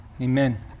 amen